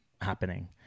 happening